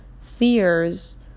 fears